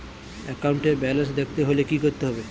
একাউন্টের ব্যালান্স দেখতে হলে কি করতে হবে?